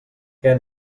què